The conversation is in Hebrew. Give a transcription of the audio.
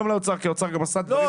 כלפי האוצר כי האוצר עשה דברים אדירים,